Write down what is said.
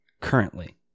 Currently